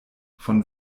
von